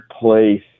place